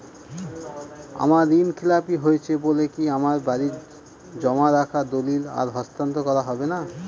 আমার ঋণ খেলাপি হয়েছে বলে কি আমার বাড়ির জমা রাখা দলিল আর হস্তান্তর করা হবে না?